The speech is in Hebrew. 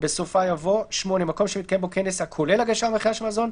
" בסופה יבוא: "(8) מקום שמתקיים בו כנס הכולל הגשה או מכירה של מזון,